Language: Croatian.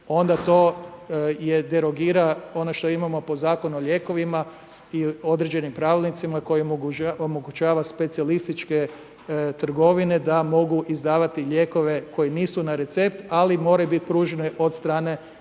onda to derogira ono što imamo po zakonu o lijekovima i određenim pravilnicima koji omogućava specijalističke trgovine da mogu izdavati lijekove koji nisu na recept ali moraju biti pruženi od strane